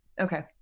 okay